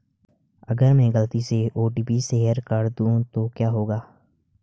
अगर मैं गलती से ओ.टी.पी शेयर कर दूं तो क्या होगा?